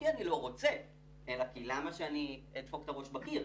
ולא כי אני לא רוצה אלא כי למה שאני אדפוק את הראש בקיר,